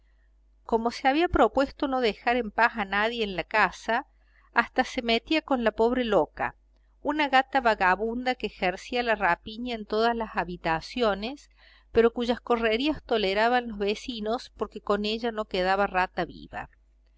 como se había propuesto no dejar en paz a nadie en la casa hasta se metía con la pobre loca una gata vagabunda que ejercía la rapiña en todas las habitaciones pero cuyas correrías toleraban los vecinos porque con ella no quedaba rata viva